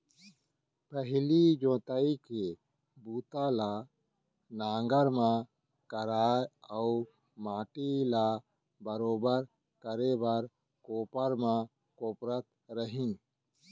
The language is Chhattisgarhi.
पहिली जोतई के बूता ल नांगर म करय अउ माटी ल बरोबर करे बर कोपर म कोपरत रहिन